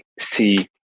see